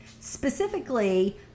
Specifically